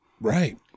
Right